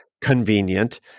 convenient